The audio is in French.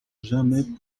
jamais